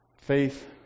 Faith